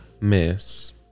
miss